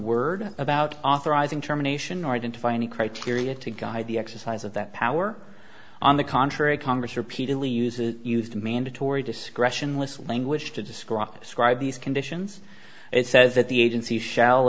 word about authorizing terminations or identify any criteria to guide the exercise of that power on the contrary congress repeatedly uses used mandatory discretion list language to describe describe these conditions it says that the agency shall